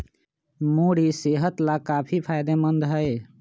मूरी सेहत लाकाफी फायदेमंद हई